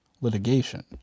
litigation